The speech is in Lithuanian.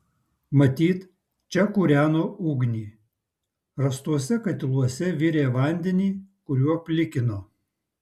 matyt čia kūreno ugnį rastuose katiluose virė vandenį kuriuo plikino